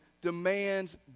demands